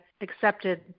accepted